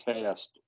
cast